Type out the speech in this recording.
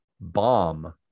bomb